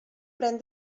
pren